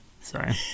Sorry